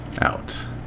out